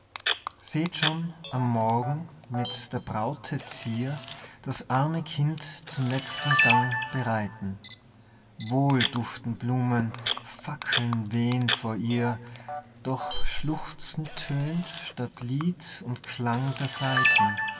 schon am morgen mit der braute zier das arme kind zum letzten gang bereiten wohl duften blumen fackeln wehn vor ihr doch schluchzen tönt statt lied und klang der saiten